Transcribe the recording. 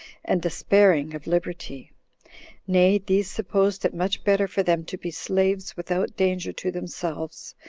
and despairing of liberty nay, these supposed it much better for them to be slaves without danger to themselves,